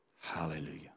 Hallelujah